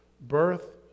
birth